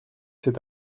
cet